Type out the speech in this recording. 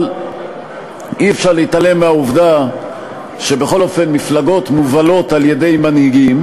אבל אי-אפשר להתעלם מהעובדה שבכל אופן מפלגות מובלות על-ידי מנהיגים,